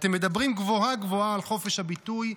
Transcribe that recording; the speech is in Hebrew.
אתם מדברים גבוהה-גבוהה על חופש הביטוי,